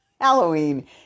Halloween